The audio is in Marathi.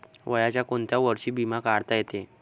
वयाच्या कोंत्या वर्षी बिमा काढता येते?